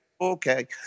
Okay